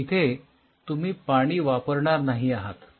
तर इथे तुम्ही पाणी वापरणार नाही आहात